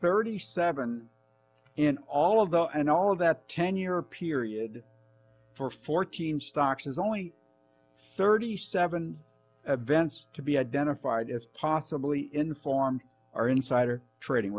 thirty seven in all of those and all of that ten year period for fourteen stocks is only thirty seven events to be identified as possibly informed or insider trading